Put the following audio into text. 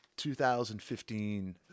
2015